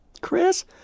Chris